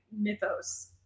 mythos